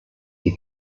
die